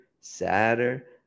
sadder